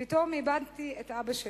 פתאום איבדתי את אבא שלי.